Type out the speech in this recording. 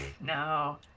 No